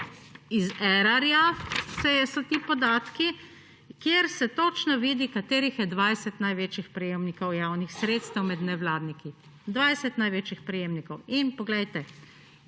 kjer so ti podatki, kjer se točno vidi, katerih je 20 največjih prejemnikov javnih sredstev med nevladniki. 20 največjih prejemnikov. In poglejte,